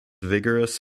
vigorous